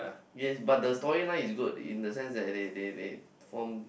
yes but the story line is good in the sense that they they they form